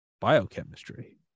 biochemistry